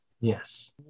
yes